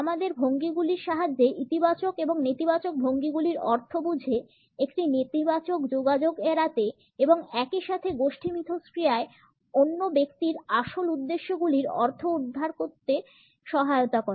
আমাদের ভঙ্গিগুলির সাহায্যে ইতিবাচক এবং নেতিবাচক ভঙ্গিগুলির অর্থ বুঝে একটি নেতিবাচক যোগাযোগ এড়াতে এবং একই সাথে একটি গোষ্ঠী মিথস্ক্রিয়ায় অন্য ব্যক্তিদের আসল উদ্দেশ্যগুলির অর্থোদ্ধার করতে সহায়তা করে